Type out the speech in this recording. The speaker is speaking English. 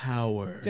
Power